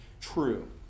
true